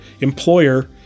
employer